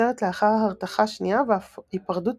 נוצרת לאחר הרתחה שנייה והפרדת